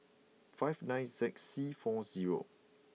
five nine Z C four zero